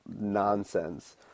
nonsense